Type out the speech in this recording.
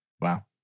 Wow